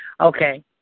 Okay